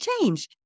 change